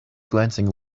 glancing